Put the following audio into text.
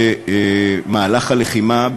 במהלך הלחימה,